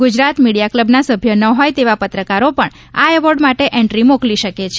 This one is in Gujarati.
ગુજરાત મીડીયા ક્લબના સભ્ય ન હોય તેવા પત્રકારો પણ આ એવોર્ડ માટે એન્ટ્રી મોકલી શકે છે